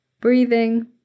breathing